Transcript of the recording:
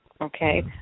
okay